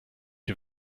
dem